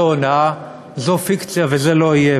זו הונאה, זו פיקציה, וזה לא יהיה.